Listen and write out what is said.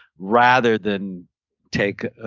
rather than take ah